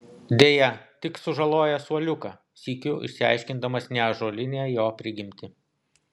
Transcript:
deja tik sužaloja suoliuką sykiu išsiaiškindamas neąžuolinę jo prigimtį